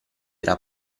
era